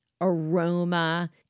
aroma